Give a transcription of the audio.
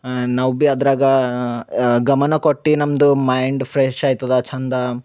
ನಾವು ಭೀ ಅದರಾಗ ಗಮನಕೊಟ್ಟು ನಮ್ಮದು ಮೈಂಡ್ ಫ್ರೆಶ್ ಆಗ್ತದ ಚಂದ